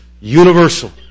universal